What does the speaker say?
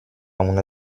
una